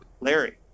Larry